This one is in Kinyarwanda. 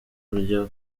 kurya